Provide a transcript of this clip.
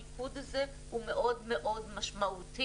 המיקוד הזה הוא מאוד מאוד משמעותי